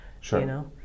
Sure